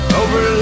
over